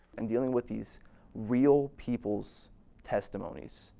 and dealing with these real people's testimonies,